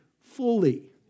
fully